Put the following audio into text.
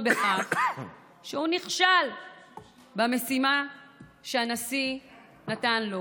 בכך שהוא נכשל במשימה שהנשיא נתן לו.